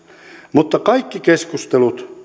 mutta kaikki keskustelut käydään englanniksi